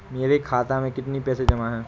मेरे खाता में कितनी पैसे जमा हैं?